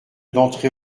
d’entrée